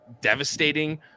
devastating